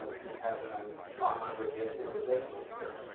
ah two thousand um five hundred year civilization history.